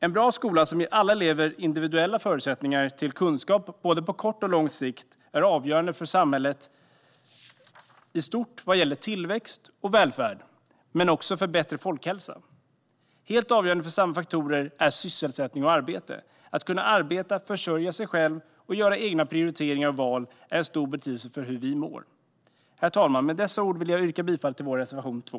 En bra skola som ger alla elever individuella förutsättningar att skaffa sig kunskap är både på kort och på lång sikt avgörande för samhället i stort. Detta gäller för såväl tillväxt och välfärd som för en bättre folkhälsa. Helt avgörande för samma faktorer är sysselsättning och arbete. Att vi kan arbeta, försörja oss själva och göra egna prioriteringar och val är av stor betydelse för hur vi mår. Med dessa ord, herr talman, yrkar jag bifall till vår reservation 2.